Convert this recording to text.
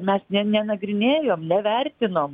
mes ne nenagrinėjom nevertinom